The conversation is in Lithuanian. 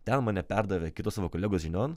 ten mane perdavė kito savo kolegos žinion